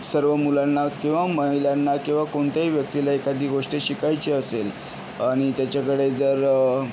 सर्व मुलांना किंवा महिलांना किंवा कोणत्याही व्यक्तीला एखादी गोष्ट शिकायची असेल आणि त्याच्याकडे जर